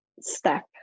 step